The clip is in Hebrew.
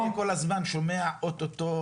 אני כל הזמן שומע 'אוטוטו',